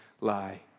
lie